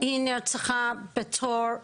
היא נרצחה בתור ילדה,